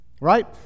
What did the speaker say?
Right